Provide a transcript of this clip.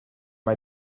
mae